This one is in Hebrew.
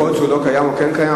יכול להיות שהוא לא קיים או כן קיים,